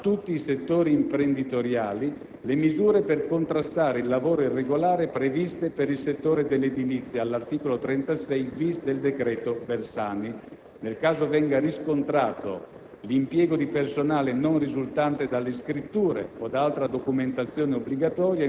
Sono state estese, con l'articolo 5, non solo all'edilizia, ma a tutti i settori imprenditoriali, le misure per contrastare il lavoro irregolare previste per il settore dell'edilizia all'articolo 36-*bis* del decreto Bersani nel caso in cui venga riscontrato